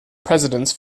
presidents